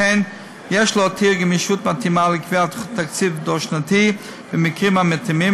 לכן יש להותיר גמישות מתאימה לקביעת תקציב דו-שנתי במקרים המתאימים,